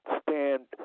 stand